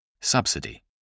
Subsidy